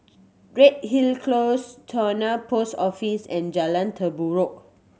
Redhill Close Towner Post Office and Jalan Terubok